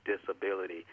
disability